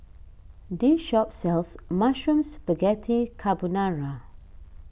this shop sells Mushroom Spaghetti Carbonara